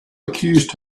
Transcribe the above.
accused